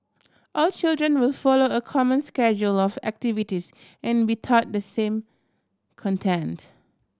all children will follow a common schedule of activities and be taught the same content